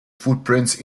footprints